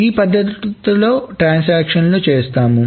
ఈ పద్ధతిలో ట్రాన్సాక్షన్లు చేస్తాను